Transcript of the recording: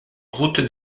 route